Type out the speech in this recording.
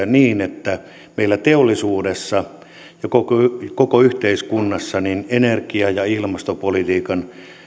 niin että meillä teollisuudessa ja koko yhteiskunnassa energia ja ilmastopolitiikan